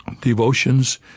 Devotions